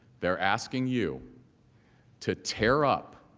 they are asking you to tear up